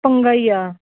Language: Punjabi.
ਪੰਗਾ ਹੀ ਆ